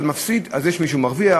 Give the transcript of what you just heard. אז יש מישהו שמרוויח,